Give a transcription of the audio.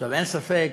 אין ספק